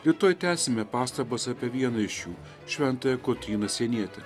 rytoj tęsime pastabas apie vieną iš jų šventąją kotryną sienietę